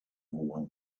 one